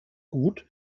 gut